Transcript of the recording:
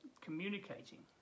communicating